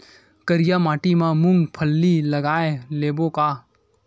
करिया माटी मा मूंग फल्ली लगय लेबों का?